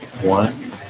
One